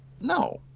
No